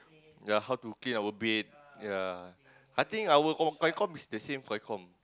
ya how to clean our bed ya I think our comm is the same comm